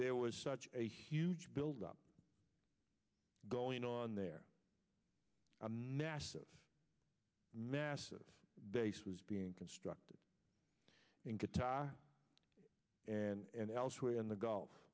there was such a huge build up going on there a massive massive base was being constructed in guitar and elsewhere in the gulf